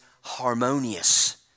harmonious